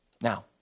Now